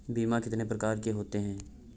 बीमा कितनी प्रकार के होते हैं?